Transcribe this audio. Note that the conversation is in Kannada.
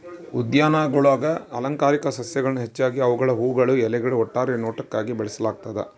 ಉದ್ಯಾನಗುಳಾಗ ಅಲಂಕಾರಿಕ ಸಸ್ಯಗಳನ್ನು ಹೆಚ್ಚಾಗಿ ಅವುಗಳ ಹೂವುಗಳು ಎಲೆಗಳು ಒಟ್ಟಾರೆ ನೋಟಕ್ಕಾಗಿ ಬೆಳೆಸಲಾಗ್ತದ